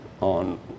on